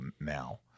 now